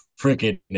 freaking